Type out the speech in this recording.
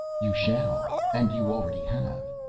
you shall. and you already have,